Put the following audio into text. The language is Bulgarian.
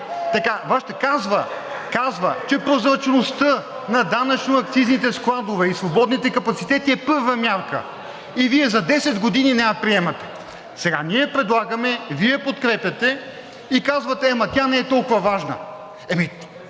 от ГЕРБ, казва, че прозрачността на данъчно-акцизните складове и свободните капацитети е първа мярка и Вие за 10 години не я приемате. Сега ние предлагаме, Вие я подкрепяте и казвате: „Ама тя не е толкова важна.“